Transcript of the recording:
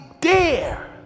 dare